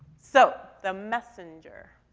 so the messenger.